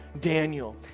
daniel